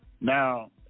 Now